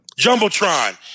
Jumbotron